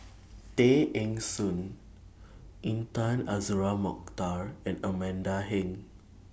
Tay Eng Soon Intan Azura Mokhtar and Amanda Heng